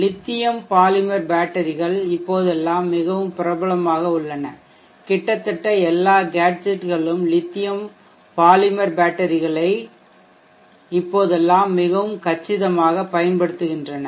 lithium polymer பேட்டரிகள் இப்போதெல்லாம் மிகவும் பிரபலமாக உள்ளன கிட்டத்தட்ட எல்லா கேட்ஜெட்களும் லித்தியம் பாலிமர் பேட்டரிகளை இப்போதெல்லாம் மிகவும் கச்சிதமாக பயன்படுத்துகின்றன